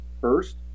first